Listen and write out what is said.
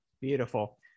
Beautiful